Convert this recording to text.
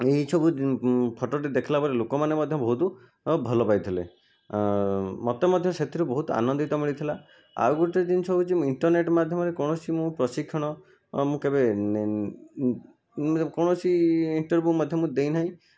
ଏହି ସବୁ ଫଟୋଟି ଦେଖିଲା ପରେ ଲୋକମାନେ ମଧ୍ୟ ବହୁତ ଭଲ ପାଇଥିଲେ ମୋତେ ମଧ୍ୟ ସେଥିରୁ ବହୁତ ଆନନ୍ଦ ମିଳିଥିଲା ଆଉ ଗୋଟିଏ ଜିନିଷ ହେଉଛି ମୁଁ ଇଣ୍ଟର୍ନେଟ ମାଧ୍ୟମରେ କୌଣସି ମୁଁ ପ୍ରଶିକ୍ଷଣ ମୁଁ କେବେ କୌଣସି ଇଣ୍ଟରଭ୍ୟୁ ମଧ୍ୟ ମୁଁ ଦେଇନାହିଁ